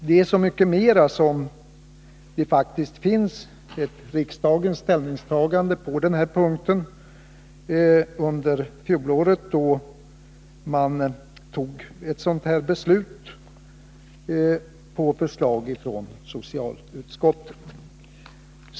Det föreligger också faktiskt ett riksdagens ställningstagande på denna punkt; under fjolåret fattade man ett sådant här beslut på förslag av socialutskottet.